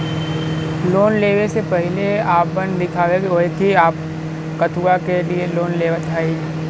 Loan ले वे से पहिले आपन दिखावे के होई कि आप कथुआ के लिए लोन लेत हईन?